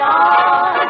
on